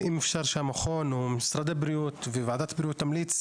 ואם אפשר שהמכון או משרד הבריאות וועדת הבריאות תמליץ